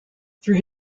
through